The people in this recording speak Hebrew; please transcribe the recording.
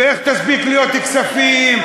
ואיך תספיק להיות בכספים?